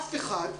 אף אחד,